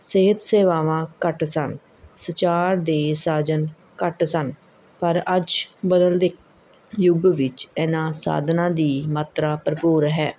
ਸਿਹਤ ਸੇਵਾਵਾਂ ਘੱਟ ਸਨ ਸੰਚਾਰ ਦੇ ਸਾਧਨ ਘੱਟ ਸਨ ਪਰ ਅੱਜ ਬਦਲਦੇ ਯੁੱਗ ਵਿੱਚ ਇਹਨਾਂ ਸਾਧਨਾਂ ਦੀ ਮਾਤਰਾ ਭਰਪੂਰ ਹੈ